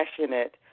passionate